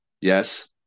Yes